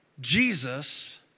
Jesus